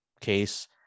case